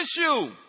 issue